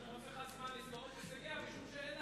זמן לסקור את הישגיה, משום שאין לה,